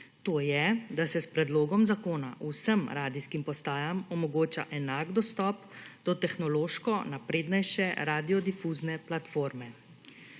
To je, da se s predlogom zakona vsem radijskim postajam omogoča enak dostop do tehnološko naprednejše radiodifuzne platforme.